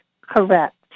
correct